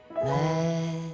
Let